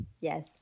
yes